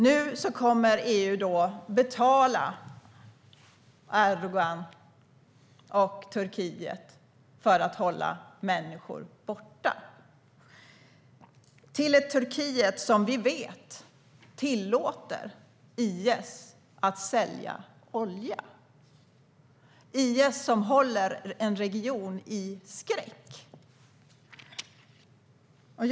Nu kommer EU att betala Erdogan och Turkiet för att hålla människor borta. Och vi vet att Turkiet tillåter IS, som håller en region i skräck, att sälja olja.